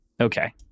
Okay